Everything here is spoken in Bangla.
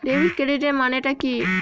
ডেবিট ক্রেডিটের মানে টা কি?